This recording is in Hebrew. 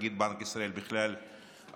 ונגיד בנק ישראל הפך בכלל לדמות